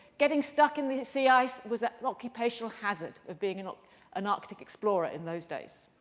getting stuck in the sea ice was an occupational hazard of being an ah an arctic explorer in those days.